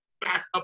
backup